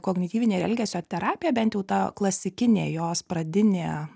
kognityvinė ir elgesio terapija bent jau ta klasikinė jos pradinė